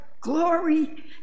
glory